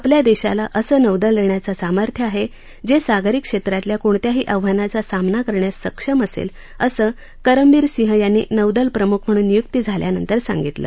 आपल्या देशाला असं नौदल देण्याचं सामर्थ्य आहे जे सागरी क्षेत्रातल्या कोणत्याही आव्हानाचा सामना करण्यास सक्षम असेल असं करमबीर सिंह यांनी नौदल प्रमुख म्हणून नियुक्ती झाल्या नंतर सांगितलं